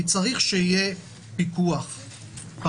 כי צריך להיות פיקוח פרלמנטרי,